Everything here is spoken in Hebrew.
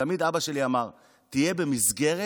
אבא שלי תמיד אמר: תהיה במסגרת,